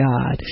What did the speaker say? God